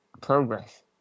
progress